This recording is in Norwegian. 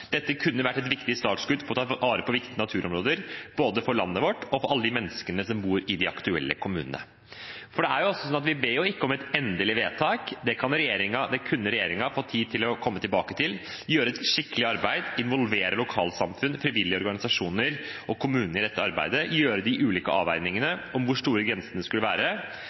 dette ikke blir vedtatt i dag. Dette kunne vært et viktig startskudd for å ta vare på viktige naturområder, både for landet vårt og for alle menneskene som bor i de aktuelle kommunene. Vi ber jo ikke om et endelig vedtak. Det kunne regjeringen fått tid til å komme tilbake til – gjøre et skikkelig arbeid, involvere lokalsamfunn, frivillige organisasjoner og kommunene i dette arbeidet, og gjøre de ulike avveiningene om hvor grensene skulle